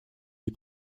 die